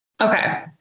Okay